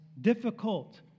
difficult